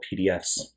PDFs